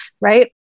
Right